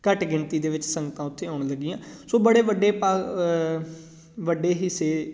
ਘੱਟ ਗਿਣਤੀ ਦੇ ਵਿੱਚ ਸੰਗਤਾਂ ਉੱਥੇ ਆਉਣ ਲੱਗੀਆਂ ਸੋ ਬੜੇ ਵੱਡੇ ਪਾ ਵੱਡੇ ਹਿੱਸੇ